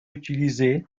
utilisés